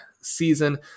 season